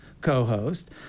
co-host